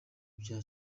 bya